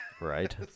Right